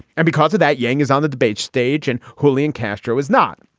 and because of that, yang is on the debate stage and julian castro is not.